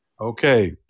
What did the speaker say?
Okay